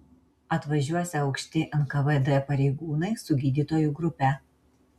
atvažiuosią aukšti nkvd pareigūnai su gydytojų grupe